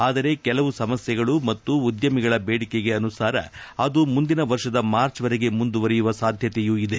ಆದರೆ ಕೆಲವು ಸಮಸ್ಥೆಗಳು ಮತ್ತು ಉದ್ಯಮಿಗಳ ಬೇಡಿಕೆಗೆ ಅನುಸಾರ ಅದು ಮುಂದಿನ ವರ್ಷದ ಮಾರ್ಚ್ವರೆಗೆ ಮುಂದುವರೆಯುವ ಸಾಧ್ಯತೆಯೂ ಇದೆ